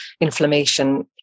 inflammation